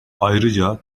ayrıca